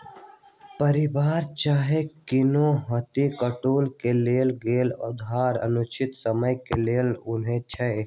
परिवार चाहे कोनो हित कुटुम से लेल गेल उधार अनिश्चित समय के लेल रहै छइ